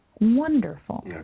Wonderful